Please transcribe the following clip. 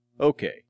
Okay